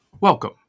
Welcome